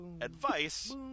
Advice